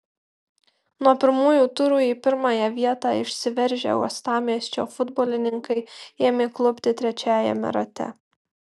nuo pirmųjų turų į pirmąją vietą išsiveržę uostamiesčio futbolininkai ėmė klupti trečiajame rate